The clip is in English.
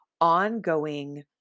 ongoing